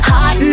Hot